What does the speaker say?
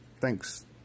thanks